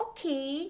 Okay